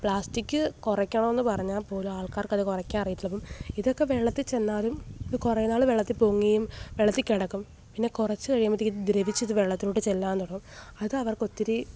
plastic കുറക്കണമെന്നു പറഞ്ഞാൽ പോലും ആള്ക്കാര്ക്കത് കുറക്കാന് അറിയത്തില്ല അപ്പം ഇതൊക്കെ വെള്ളത്തിൽ ചെന്നാലും ത് കുറേനാൾ വെള്ളത്തിൽ പൊങ്ങിയും വെള്ളത്തിൽ കിടക്കും പിന്നെ കുറച്ചു കഴിയുമ്പോഴത്തേക്ക് ദ്രവിച്ച് ഇത് വെള്ളത്തിലോട്ട് ചെല്ലാൻ തുടങ്ങും അതവര്ക്ക് ഒത്തിരി